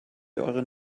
euren